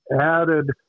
added